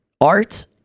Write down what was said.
art